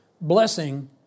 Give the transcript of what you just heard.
blessing